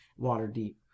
Waterdeep